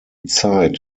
zeit